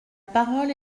parole